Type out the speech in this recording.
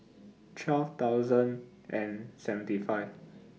twelve thousand and seventy five